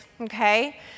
okay